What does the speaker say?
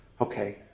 Okay